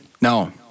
No